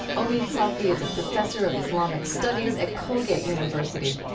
omid safi is a professor of islamic studies at colgate university.